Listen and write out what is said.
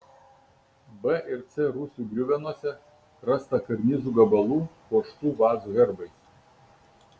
b ir c rūsių griuvenose rasta karnizų gabalų puoštų vazų herbais